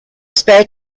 spare